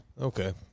Okay